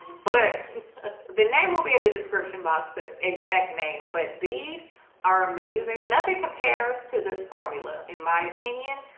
but ah the name will be in the description box that exact name, but these are amazing nothing compares to this formula in my opinion.